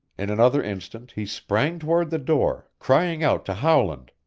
in another instant he sprang toward the door, crying out to howland,